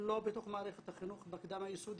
לא בתוך מערכת החינוך בקדם-יסודי.